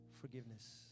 forgiveness